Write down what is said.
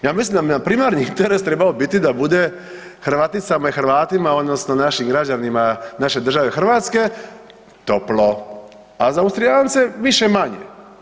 Ja mislim da bi nam primarni interes trebao biti da bude Hrvaticama i Hrvatima odnosno našim građanima naše države Hrvatske toplo, a za Austrijance više-manje.